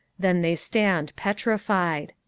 then they stand petrified.